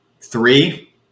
three